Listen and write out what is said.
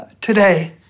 today